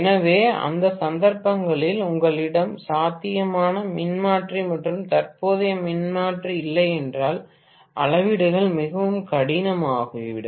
எனவே அந்த சந்தர்ப்பங்களில் உங்களிடம் சாத்தியமான மின்மாற்றி மற்றும் தற்போதைய மின்மாற்றி இல்லையென்றால் அளவீடுகள் மிகவும் கடினமாகிவிடும்